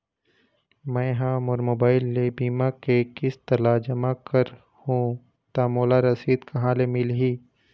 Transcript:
मैं हा मोर मोबाइल ले बीमा के किस्त ला जमा कर हु ता मोला रसीद कहां ले मिल ही?